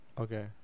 Okay